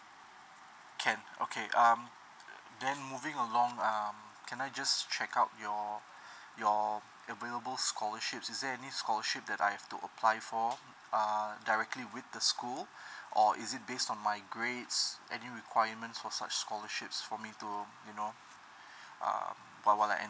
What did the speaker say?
can okay um then moving along um can I just check out your your available scholarships is there any scholarship that I have to apply for uh directly with the school or is it based on my grades any requirements for such scholarships for me to you know um while while I enter